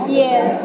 yes